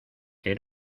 que